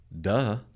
Duh